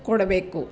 ಕೊಡಬೇಕು